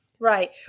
Right